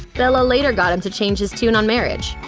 bella later got him to change his tune on marriage.